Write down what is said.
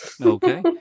Okay